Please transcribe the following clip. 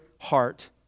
heart